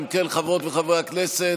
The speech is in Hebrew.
אם כן, חברות וחברי הכנסת,